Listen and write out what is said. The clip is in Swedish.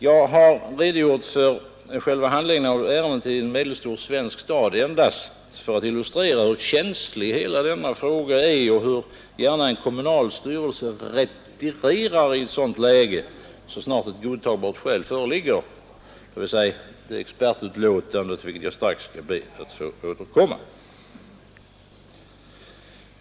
Jag har redogjort för själva handläggningen av ärendet i en medelstor svensk stad endast för att illustrera, hur känslig hela denna fråga är och hur gärna en kommunal styrelse retirerar i ett sådant läge så snart ett godtagbart skäl föreligger, dvs. det expertutlåtande till vilket jag strax skall be att få återkomma.